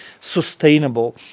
sustainable